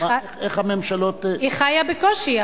איך הממשלות, היא חיה בקושי.